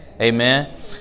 Amen